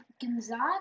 Gonzaga